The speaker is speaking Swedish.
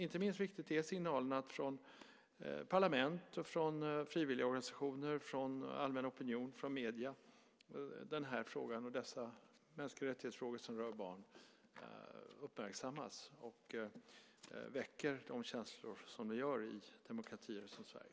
Inte minst viktigt är det att signalerna från parlament, frivilligorganisationer, den allmänna opinionen och medierna gällande särskilt barns mänskliga rättigheter uppmärksammas och att de väcker de känslor som de gör i demokratier som Sverige.